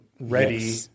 Ready